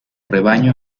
rebaño